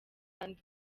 and